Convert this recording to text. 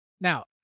Now